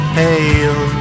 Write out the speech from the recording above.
pale